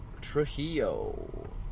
Trujillo